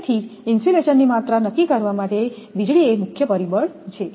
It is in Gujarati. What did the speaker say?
તેથી જ ઇન્સ્યુલેશનની માત્રા નક્કી કરવા માટે વીજળી એ મુખ્ય પરિબળ છે